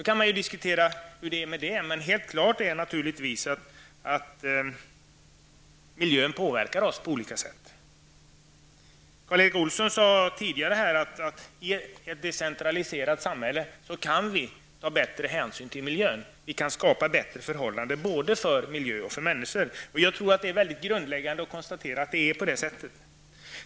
Man kan diskutera hur det är med detta, men helt klart är att miljön påverkar oss på olika sätt. Karl Erik Olsson sade tidigare att i ett decentraliserat samhälle kan vi ta bättre hänsyn till miljön och skapa bättre förhållanden för både miljön och människorna. Jag tror att det är grundläggande att konstatera att det är så.